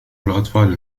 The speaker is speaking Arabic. الأطفال